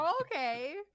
Okay